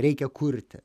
reikia kurti